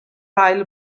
ail